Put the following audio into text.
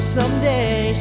Someday